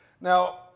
Now